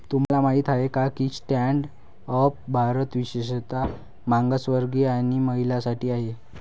तुम्हाला माहित आहे का की स्टँड अप भारत विशेषतः मागासवर्गीय आणि महिलांसाठी आहे